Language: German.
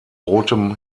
rotem